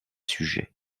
sujets